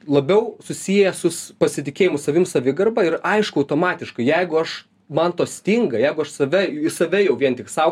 labiau susiję sus pasitikėjimu savimi savigarbai ir aišku automatiškai jeigu aš man to stinga jeigu aš save į save jau vien tik sau